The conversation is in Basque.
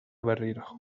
berriro